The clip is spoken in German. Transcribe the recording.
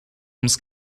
ums